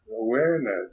awareness